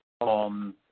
on